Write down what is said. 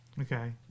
Okay